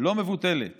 לא מבוטלת